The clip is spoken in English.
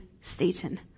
Satan